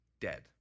dead